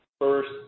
First